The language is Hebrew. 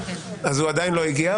אז הוא עדיין לא הגיע,